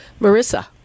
Marissa